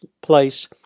place